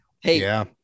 Hey